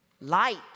Light